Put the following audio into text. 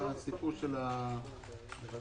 שלומי